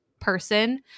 person